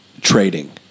trading